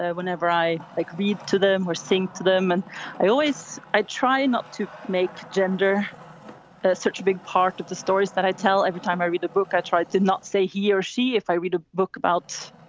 whenever i like read to them or sink to them. and i always i try not to make gender such a big part of the stories that i tell every time i read the book i tried did not say he or she. if i read a book about,